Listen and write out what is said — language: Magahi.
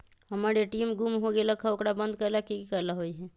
हमर ए.टी.एम गुम हो गेलक ह ओकरा बंद करेला कि कि करेला होई है?